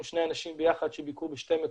שני אנשים ביחד שביקרו בשני מקומות.